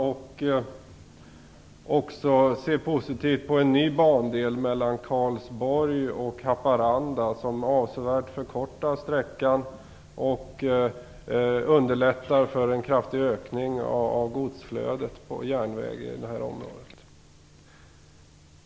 Man ser också positivt på en ny bandel mellan Karlsborg och Haparanda, som avsevärt förkortar sträckan och underlättar en kraftig ökning av godsflödet på järnväg i det här området.